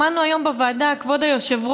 שמענו היום בוועדה, כבוד היושב-ראש,